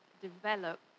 develop